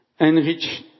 enrich